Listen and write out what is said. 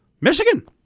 Michigan